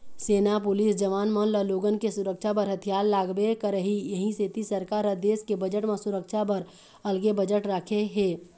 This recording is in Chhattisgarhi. सेना, पुलिस जवान मन ल लोगन के सुरक्छा बर हथियार लागबे करही इहीं सेती सरकार ह देस के बजट म सुरक्छा बर अलगे बजट राखे हे